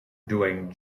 doing